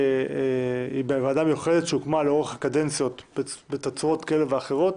שהיא ועדה מיוחדת שהוקמה לאורך הקדנציות בתצורות כאלה ואחרות,